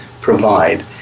provide